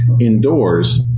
indoors